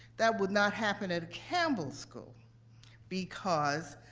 that would not happen at campbell school because